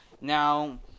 Now